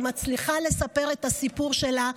היא מצליחה לספר את הסיפור שלה,